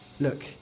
Look